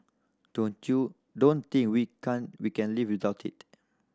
don't you don't think we can we can live without it